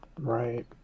right